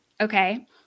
Okay